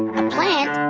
a plant?